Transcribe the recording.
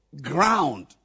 ground